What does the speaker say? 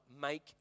make